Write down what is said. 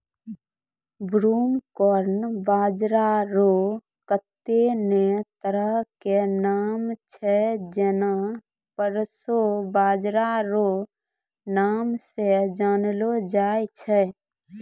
broomcorn बाजरा रो कत्ते ने तरह के नाम छै जेना प्रोशो बाजरा रो नाम से जानलो जाय छै